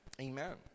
amen